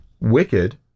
Wicked